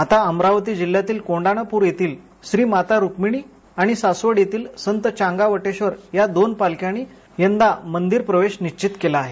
आता अमरावती जिल्ह्यातील कौंडण्यपूर येथील श्री माता रूक्मि णी आणि सासवड येथील संत चांगावटेश्वर या दोन पालखानी यंदा मंदिर प्रवेश निश्चित केला आहे